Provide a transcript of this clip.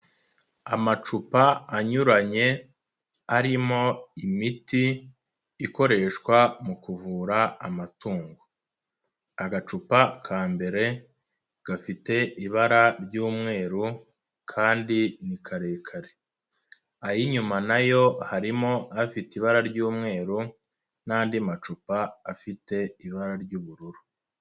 Amacupa anyuranye arimo imiti ikoreshwa mu kuvura amatungo, agacupa ka mbere gafite ibara ry'umweru kandi ni karekare, ay'inyuma nayo harimo afite ibara ry'umweru n'andi macupa afite ibara ry'ubururu.